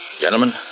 Gentlemen